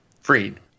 Freed